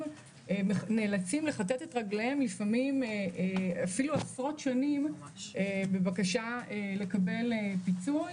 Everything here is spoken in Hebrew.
נאלצים לכתת את רגליהם לפעמים עשרות שנים בבקשה לקבל פיצוי.